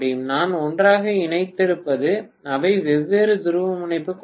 நான் ஒன்றாக இணைத்திருப்பது அவை வெவ்வேறு துருவமுனைப்பு கொண்டவை